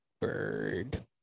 bird